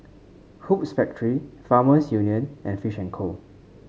Hoops Factory Farmers Union and Fishing and Co